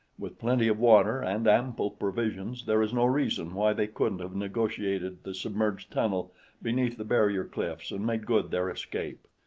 with plenty of water and ample provisions, there is no reason why they couldn't have negotiated the submerged tunnel beneath the barrier cliffs and made good their escape.